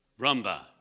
rumba